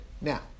Now